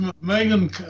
Megan